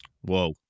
Whoa